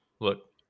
look